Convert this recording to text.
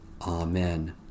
Amen